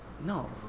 no